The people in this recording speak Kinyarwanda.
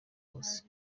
wose